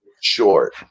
Sure